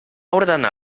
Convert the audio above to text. ordenar